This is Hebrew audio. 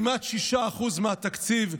כמעט 6% מהתקציב,